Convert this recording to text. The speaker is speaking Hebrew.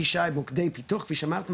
הגישה למוקדי פיתוח כפי שאמרת,